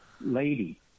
Lady